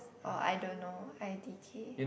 or I don't know i_d_k